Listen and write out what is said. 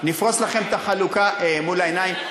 נפרוס לכם את החלוקה מול העיניים.